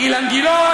אילן גילאון,